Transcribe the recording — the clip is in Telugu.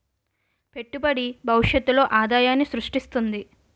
పెట్టుబడి భవిష్యత్తులో ఆదాయాన్ని స్రృష్టిస్తుంది